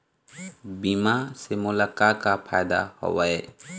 बीमा से मोला का का फायदा हवए?